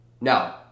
No